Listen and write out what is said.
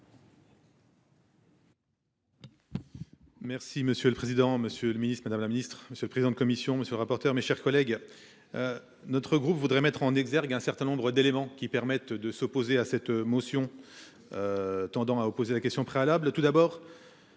Merci monsieur le président, Monsieur le Ministre Madame la Ministre, Monsieur le président de commission. Monsieur le rapporteur. Mes chers collègues. Notre groupe voudrait mettre en exergue un certain nombre d'éléments qui permettent de s'opposer à cette motion. Tendant à opposer la question préalable.